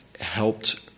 helped